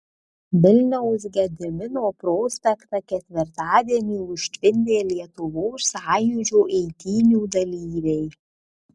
vilniaus gedimino prospektą ketvirtadienį užtvindė ir lietuvos sąjūdžio eitynių dalyviai